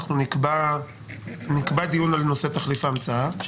נקבע דיון על נושא תחליף ההמצאה להמשך.